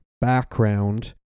background